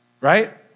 Right